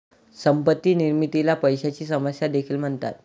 संपत्ती निर्मितीला पैशाची समस्या देखील म्हणतात